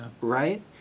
Right